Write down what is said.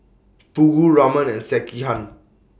Fugu Ramen and Sekihan